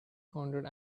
hundred